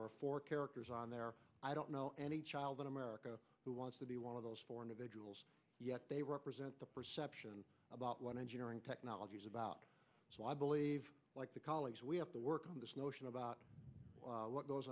are four characters on there i don't know any child in america who wants to be one of those four individuals yet they represent the perception about what engineering technology is about so i believe like the college we have to work on this notion about what goes